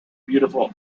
beautiful